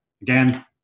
again